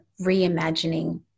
reimagining